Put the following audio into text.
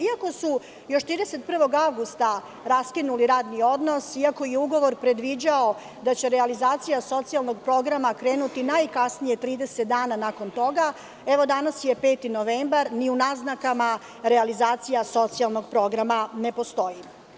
Iako su još 31. avgusta raskinuli radni odnos, iako je ugovor predviđao da će realizacija socijalnog programa krenuti najkasnije 30 dana nakon toga, evo, danas je 5. novembar, ni u naznakama realizacija socijalnog programa ne postoji.